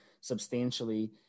substantially